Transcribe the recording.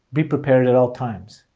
be prepared at all times.